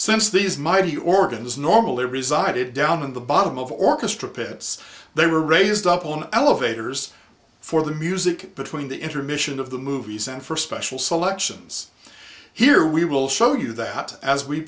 since these mighty organs normally resided down in the bottom of orchestra pits they were raised up on elevators for the music between the intermission of the movies and for special selections here we will show you that as we